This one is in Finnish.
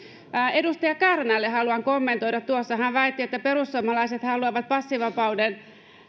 edustajalle kärnälle haluan kommentoida kun hän tuossa väitti että perusuomalaiset haluavat passivapauden